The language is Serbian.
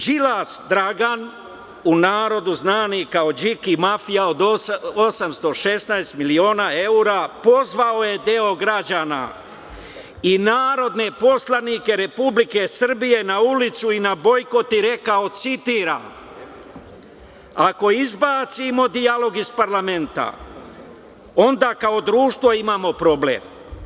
Đilas Dragan, u narodu znani kao Điki mafija, od 816 miliona evra pozvao je deo građana i narodne poslanike Republike Srbije na ulicu i na bojkot, i rekao, citiram - ako izbacimo dijalog iz parlamenta, onda kao društvo imamo problem.